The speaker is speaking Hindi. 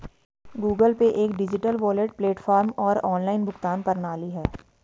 गूगल पे एक डिजिटल वॉलेट प्लेटफ़ॉर्म और ऑनलाइन भुगतान प्रणाली है